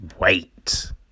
wait